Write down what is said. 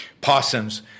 possums